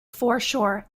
foreshore